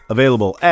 Available